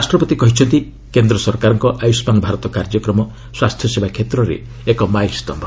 ରାଷ୍ଟପତି କହିଛନ୍ତି କେନ୍ ସରକାରଙ୍କ ଆୟୁଷ୍ରାନ ଭାରତ କାର୍ଯ୍ୟକ୍ରମ ସ୍ୱାସ୍ଥ୍ୟସେବା କ୍ଷେତ୍ରରେ ଏକ ମାଇଲ୍ସ୍ତିୟ